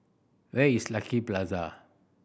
where is Lucky Plaza